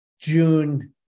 June